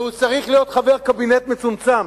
והוא צריך להיות חבר הקבינט המצומצם.